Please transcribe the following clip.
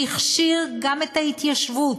והכשיר גם את ההתיישבות,